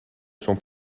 son